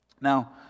Now